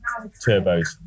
turbos